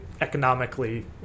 economically